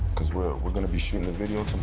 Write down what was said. cause we're we're gonna be shootin a video